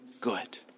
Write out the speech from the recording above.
good